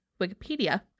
Wikipedia